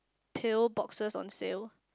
pill boxes on sale